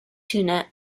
tuna